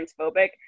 transphobic